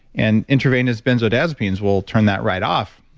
and intervenous benzodiazepines will turn that right off